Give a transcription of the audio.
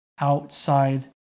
outside